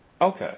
Okay